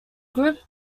group